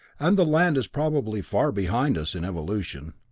and the land is probably far behind us in evolution.